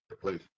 Please